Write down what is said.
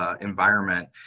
environment